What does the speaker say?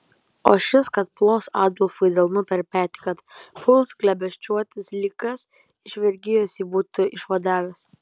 o šis kad plos adolfui delnu per petį kad puls glėbesčiuotis lyg kas iš vergijos jį būti išvadavęs